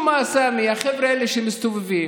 לשאלתכם קודם,